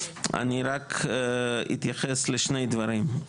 אני רק אתייחס לשני דברים,